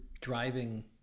driving